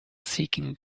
seeking